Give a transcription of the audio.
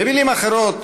במילים אחרות,